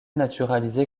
naturalisé